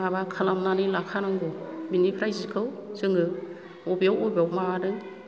माबा खालामनानै लाखा नांगौ बेनिफ्राय जिखौ जोङो अबेयाव अबेआव मामादों